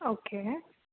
okay